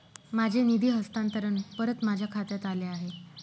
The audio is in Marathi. माझे निधी हस्तांतरण परत माझ्या खात्यात आले आहे